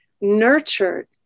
nurtured